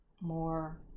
more